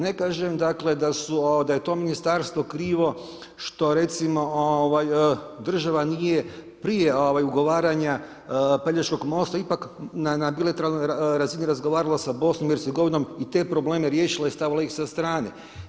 Ne kažem, dakle, da je to Ministarstvo krivo što recimo, država nije prije ugovaranja Pelješkog mosta ipak na bilateralnoj razini razgovarala sa BIH i te probleme riješila i stavila ih sa strane.